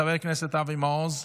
חבר הכנסת אבי מעוז,